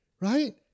right